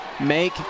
make